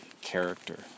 character